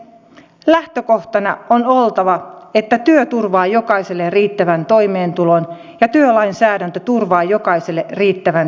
lähtökohtana on oltava että työ turvaa jokaiselle riittävän toimeentulon ja työlainsäädäntö turvaa jokaiselle riittävän työsuhdeturvan